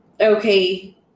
okay